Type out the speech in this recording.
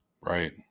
Right